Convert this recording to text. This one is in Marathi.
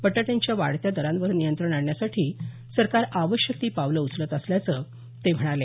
बटाट्यांच्या वाढत्या दरांवर नियंत्रण आणण्यासाठी सरकार आवश्यक पावलं उचलत असल्याचं ते म्हणाले